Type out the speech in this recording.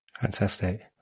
Fantastic